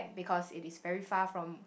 because it is very far from